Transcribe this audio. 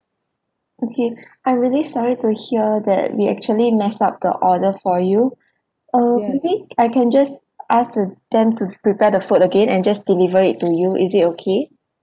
okay I'm really sorry to hear that we actually messed up the order for you uh maybe I can just ask the them to prepare the food again and just deliver it to you is it okay